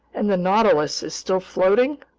and the nautilus is still floating?